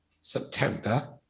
September